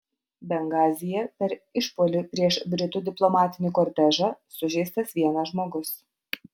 bengazyje per išpuolį prieš britų diplomatinį kortežą sužeistas vienas žmogus